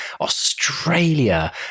Australia